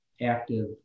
active